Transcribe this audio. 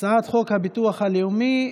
הצעת חוק הביטוח הלאומי (תיקון,